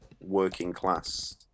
working-class